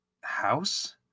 House